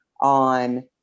on